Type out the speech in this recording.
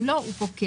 אם לא הוא פוקע.